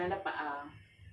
what do you mean